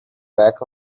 back